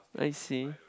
I see